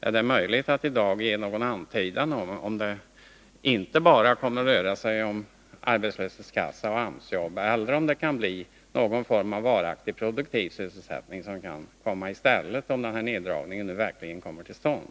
Är det möjligt att i dag ge någon antydan om huruvida det inte bara kommer att röra sig om arbetslöshetskassa och AMS-jobb eller om det kan bli någon form av varaktig produktiv sysselsättning som skulle komma i stället, om den här neddragningen verkligen kommer till stånd?